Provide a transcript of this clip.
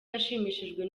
yashimishijwe